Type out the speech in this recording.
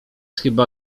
chyba